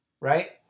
right